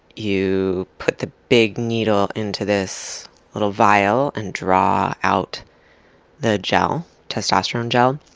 you put the big needle into this little vial and draw out the gel. testosterone gel.